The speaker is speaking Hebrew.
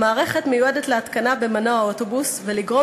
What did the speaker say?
המערכת מיועדת להתקנה במנוע האוטובוס ולגרום